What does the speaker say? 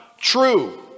true